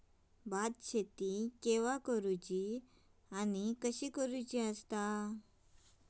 भात शेती केवा करूची आणि कशी करुची?